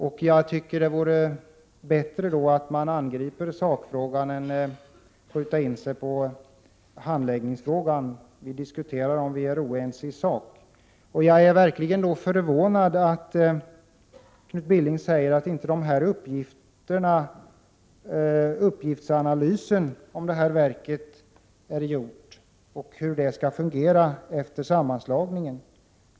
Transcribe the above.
Jag tycker det vore bättre att då angripa sakfrågan än att skjuta in sig på handläggningsfrågan. Vi diskuterar om vi är oense i sak. Jag är verkligen förvånad över att Knut Billing säger att analysen av hur verket skall fungera efter sammanslagningen inte är gjord.